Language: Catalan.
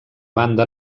banda